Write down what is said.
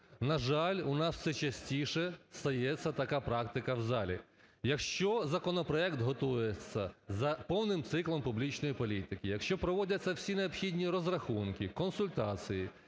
На жаль, у нас все частіше стається така практика в залі. Якщо законопроект готується за повним циклом публічної політики, якщо проводяться всі необхідні розрахунки, консультації,